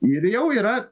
ir jau yra